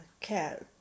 care